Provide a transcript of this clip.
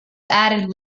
added